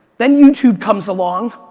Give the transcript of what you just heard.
then youtube comes along.